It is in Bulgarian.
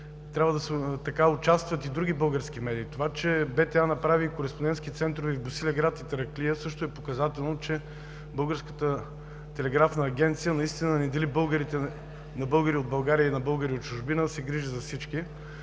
трябва да участват и други български медии. Това, че БТА направи кореспондентски центрове в Босилеград и Тараклия, също е показателно, че Българската телеграфна агенция наистина не дели българите на българи от България и българи от чужбина, а се грижи за всички.